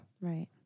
Right